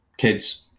kids